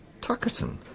Tuckerton